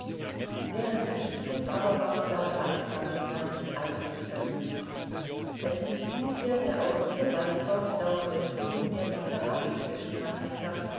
während des spieles aber war darja alexandrowna nicht eigentlich vergnügt es mißfiel ihr der auch hierbei fortdauernde ton der neckerei zwischen